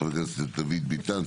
חבר הכנסת דוד ביטן.